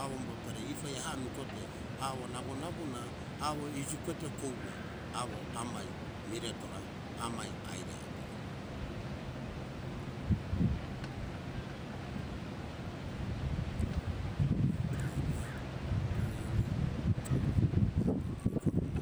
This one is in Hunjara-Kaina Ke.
Awo umbutore ifo ehami kote awo nango - nango na awo iji keto kuwe awo amai miretora amai aire atora ke enai ke eni awo hako irikorona